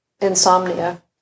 insomnia